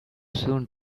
soon